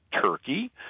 Turkey